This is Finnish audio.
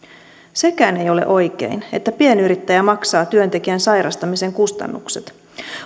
sekään ei ole oikein että pienyrittäjä maksaa työntekijän sairastamisen kustannukset